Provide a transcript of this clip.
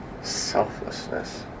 selflessness